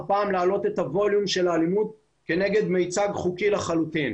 פעם להעלות את הווליום של האלימות כנגד מיצג חוקי לחלוטין.